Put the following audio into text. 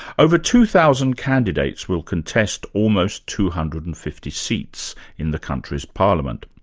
over two thousand candidates will contest almost two hundred and fifty seats in the country's parliament.